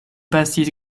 pasis